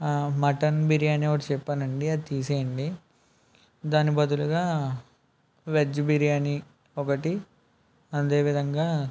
mutton biryani ఒకటి చెప్పానండి అది తీసేయండి దాని బదులుగా వెజ్ బిర్యానీ ఒకటి అదే విధంగా